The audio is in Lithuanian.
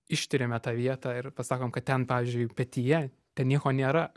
ištyriame tą vietą ir pasakom kad ten pavyzdžiui petyje ten nieko nėra